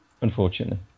Unfortunately